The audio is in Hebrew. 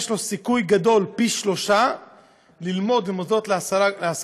יש לו סיכוי גדול פי שלושה ללמוד במוסד להשכלה